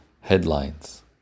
headlines